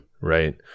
Right